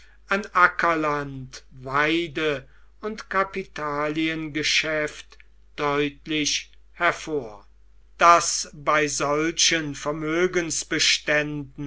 an ackerland weide und kapitaliengeschäft deutlich hervor daß bei solchen